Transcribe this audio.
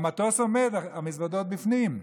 והמטוס עומד, המזוודות בפנים.